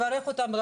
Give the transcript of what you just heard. גם